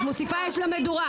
אנחנו במדינה יהודית ודמוקרטית.